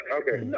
okay